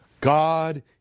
God